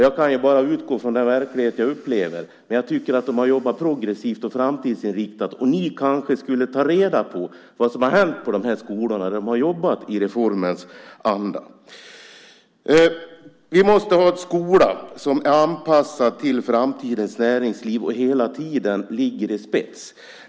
Jag kan bara utgå från den verklighet jag upplever, men jag tycker att de har jobbat progressivt och framtidsinriktat. Ni kanske skulle ta reda på vad som har hänt på de skolor där de har jobbat i reformens anda. Vi måste ha en skola som är anpassad till framtidens näringsliv och hela tiden ligger i spets.